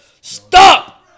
Stop